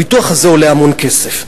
הביטוח הזה עולה המון כסף.